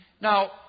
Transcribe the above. Now